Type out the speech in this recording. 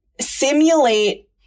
simulate